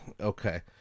Okay